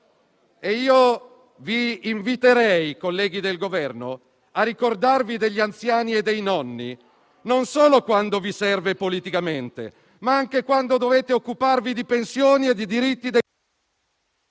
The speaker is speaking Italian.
nostri figli. Colleghi del Governo, vi inviterei a ricordarvi degli anziani e dei nonni non solo quando vi serve politicamente, ma anche quando dovete occuparvi di pensioni e di diritti dei portatori